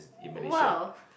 !wow!